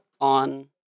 on